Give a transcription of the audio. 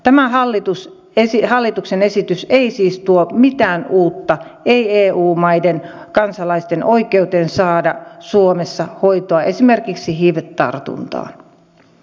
tämä hallituksen esitys ei siis tuo mitään uutta ei eu maiden kansalaisten oikeuteen saada suomessa hoitoa esimerkiksi hiv tartuntaan